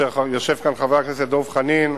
יושב כאן חבר הכנסת דב חנין.